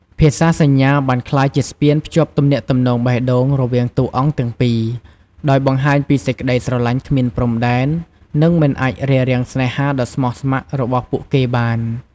ភាសាសញ្ញាបានក្លាយជាស្ពានភ្ជាប់ទំនាក់ទំនងបេះដូងរវាងតួអង្គទាំងពីរ ដោយបង្ហាញពីសេចក្តីស្រឡាញ់គ្មានព្រំដែន និងមិនអាចរារាំងស្នេហាដ៏ស្មោះស្មគ្រ័របស់ពួកគេបាន ។